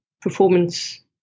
performance